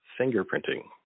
fingerprinting